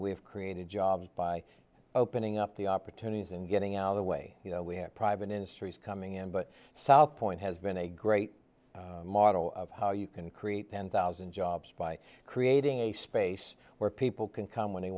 we've created jobs by opening up the opportunities and getting out of the way you know we have private industries coming in but south point has been a great model of how you can create ten thousand jobs by creating a space where people can come when they